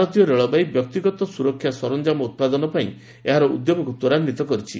ଭାରତୀୟ ରେଳବାଇ ବ୍ୟକ୍ତିଗତ ସୁରକ୍ଷା ସରଞ୍ଜାମ ଉତ୍ପାଦନ ପାଇଁ ଏହାର ଉଦ୍ୟମକୁ ତୃରାନ୍ୱିତ କରିଛି